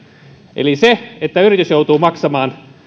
eli se että yritys joutuu maksamaan